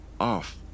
off